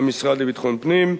המשרד לביטחון פנים,